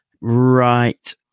right